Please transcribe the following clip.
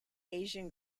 asian